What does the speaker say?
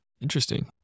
Interesting